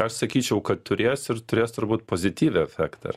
aš sakyčiau kad turės ir turės turbūt pozityvią efektą ar